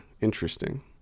interesting